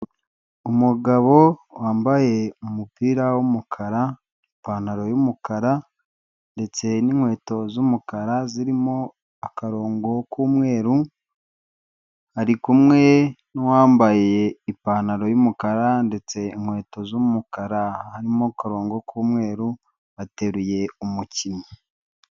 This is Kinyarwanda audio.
Umugabo wambaye umupira w'umukara, ipantaro y'umukara ndetse n'inkweto z'umukara zirimo akarongo k'umweru ari kumwe n'uwambaye ipantaro y'umukara ndetse inkweto z'umukara harimo karongo k'umweru, bateruye umukinnyi.